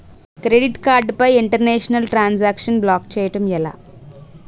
Credit card పై international transaction block చేయటం ఎలా?